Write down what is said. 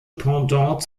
pendant